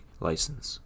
License